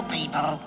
people